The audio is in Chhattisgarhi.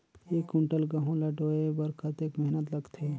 एक कुंटल गहूं ला ढोए बर कतेक मेहनत लगथे?